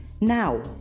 Now